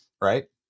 right